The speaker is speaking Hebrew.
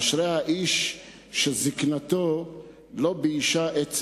אשרי האיש שזיקנתו לא ביישה את צעירותו,